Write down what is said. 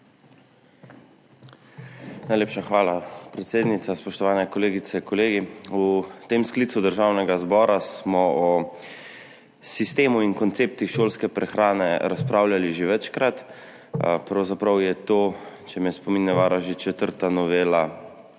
Najlepša hvala, predsednica. Spoštovani kolegice, kolegi! V tem sklicu državnega zbora smo o sistemu in konceptih šolske prehrane razpravljali že večkrat, pravzaprav je to, če me spomin ne vara, že četrta novela